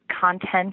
content